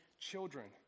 children